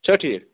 چھا ٹھیٖک